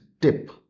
tip